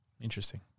Interesting